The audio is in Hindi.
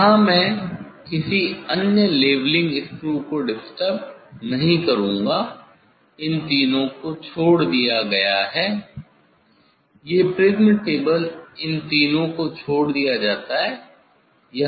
यहाँ मैं किसी अन्य लेवलिंग स्क्रू को डिस्टर्ब नहीं करूँगा इन तीनों को छोड़ दिया गया है ये प्रिज़्म टेबल इन तीनों को छोड़ दिया जाता है